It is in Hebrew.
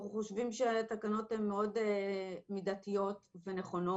אנחנו חושבים שהתקנות הן מאוד מידתיות ונכונות